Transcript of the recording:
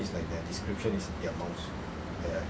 mm